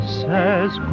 says